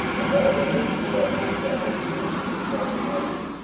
and all the holy vessels that were in the tabernacle,